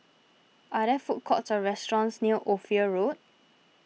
are there food courts or restaurants near Ophir Road